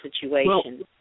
situation